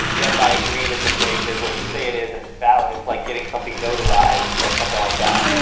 yes, i agree this information is what you say it is and it's valid. it's like getting something notarized, or something like that